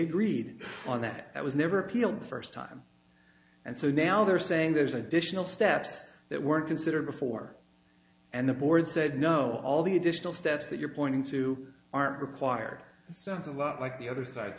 agreed on that it was never appealed the first time and so now they're saying there's additional steps that were considered before and the board said no all the additional steps that you're pointing to are required sounds a lot like the other side's